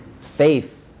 faith